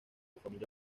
familia